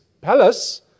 palace